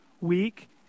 Week